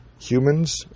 humans